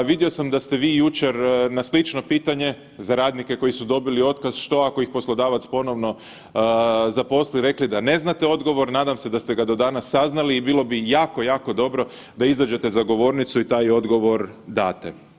Vidio sam da ste vi jučer na slično pitanje za radnike koji su dobili otkaz, što ako ih poslodavac ponovno zaposli, rekli da ne znate odgovor, nadam se da ste ga do danas saznali i bilo bi jako, jako dobro da izađete za govornicu i taj odgovor date.